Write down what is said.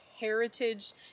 heritage